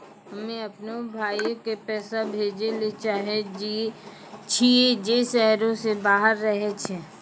हम्मे अपनो भाय के पैसा भेजै ले चाहै छियै जे शहरो से बाहर रहै छै